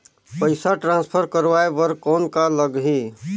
पइसा ट्रांसफर करवाय बर कौन का लगही?